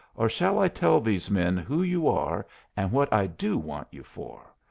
or shall i tell these men who you are and what i do want you for?